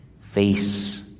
face